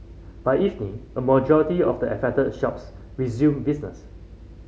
by evening a majority of the affected shops resumed business